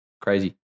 crazy